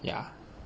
ya